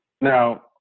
Now